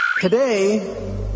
Today